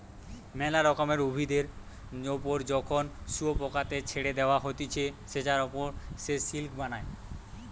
মেলা রকমের উভিদের ওপর যখন শুয়োপোকাকে ছেড়ে দেওয়া হতিছে সেটার ওপর সে সিল্ক বানায়